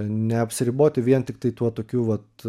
neapsiriboti vien tiktai tuo tokiu vat